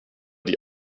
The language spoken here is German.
die